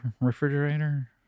refrigerator